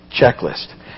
checklist